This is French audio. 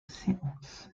séance